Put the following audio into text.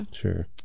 sure